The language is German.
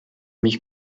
mich